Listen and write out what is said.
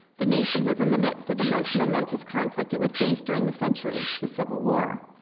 the nation was in the midst of the most momentous conflict it would face during the century, the civil war.